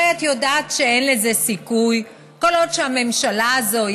הרי את יודעת שאין לזה סיכוי כל עוד הממשלה הזאת,